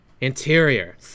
Interior